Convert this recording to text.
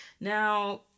Now